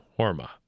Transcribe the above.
Horma